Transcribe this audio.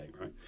right